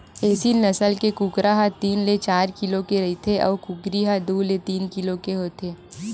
एसील नसल के कुकरा ह तीन ले चार किलो के रहिथे अउ कुकरी ह दू ले तीन किलो होथे